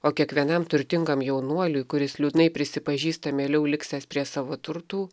o kiekvienam turtingam jaunuoliui kuris liūdnai prisipažįsta mieliau liksiąs prie savo turtų